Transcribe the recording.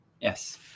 Yes